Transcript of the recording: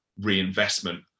reinvestment